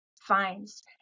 finds